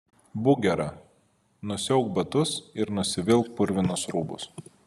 būk gera nusiauk batus ir nusivilk purvinus rūbus